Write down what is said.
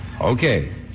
Okay